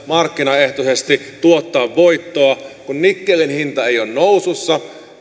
markkinaehtoisesti tuottaa voittoa kun nikkelin hinta ei ole nousussa